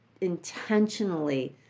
intentionally